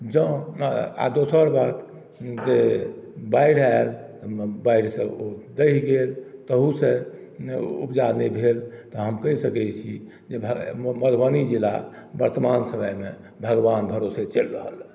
जँ आ दोसर बात जे बाढ़ि आयल तऽ बाढ़िसँ ओ दहि गेल तहूसँ उपजा नहि भेल तऽ हम कहि सकैत छी जे मधुबनी जिला वर्तमान समयमे भगवान भरोसे चलि रहल अछि